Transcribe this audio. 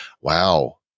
wow